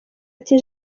ati